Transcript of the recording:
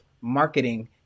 marketing